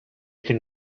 could